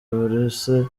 buruse